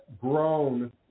grown